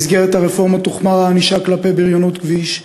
במסגרת הרפורמה תוחמר הענישה כלפי בריונות כביש,